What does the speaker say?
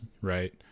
right